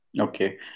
Okay